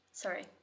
Sorry